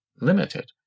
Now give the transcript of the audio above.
limited